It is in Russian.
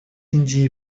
индии